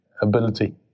ability